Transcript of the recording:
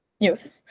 news